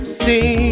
see